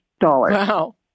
Wow